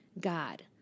God